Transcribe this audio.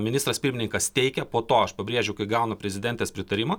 ministras pirmininkas teikia po to aš pabrėžiu kai gauna prezidentės pritarimą